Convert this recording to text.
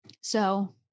So-